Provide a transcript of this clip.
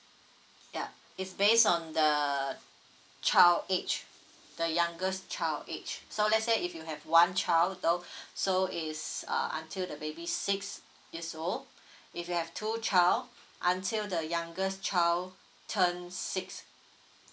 yup it's based on the child age the youngest child age so let say if you have one child though so it's uh until the baby six years old if you have two child until the youngest child turned six